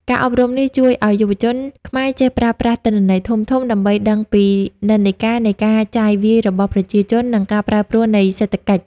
ការអប់រំនេះជួយឱ្យយុវជនខ្មែរចេះប្រើប្រាស់ "ទិន្នន័យធំៗ" ដើម្បីដឹងពីនិន្នាការនៃការចាយវាយរបស់ប្រជាជន និងការប្រែប្រួលនៃសេដ្ឋកិច្ច។